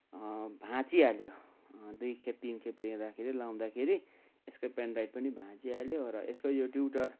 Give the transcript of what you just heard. भाचिँहाल्यो दुईखेप तिनखेप लिँदाखेरि लाउँदाखेरि यसको पेन ड्राइभ पनि भाचिँहाल्यो र यसको यो ट्युटर